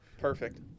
Perfect